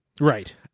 right